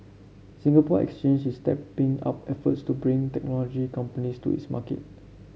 Singapore Exchange is stepping up efforts to bring technology companies to its market